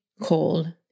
cold